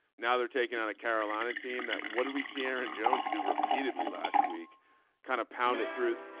now they're taking on a carolina team that what do we see aaron jones do repeatedly last week kind of pounded through.